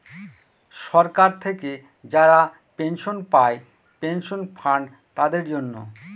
সরকার থেকে যারা পেনশন পায় পেনশন ফান্ড তাদের জন্য